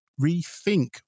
rethink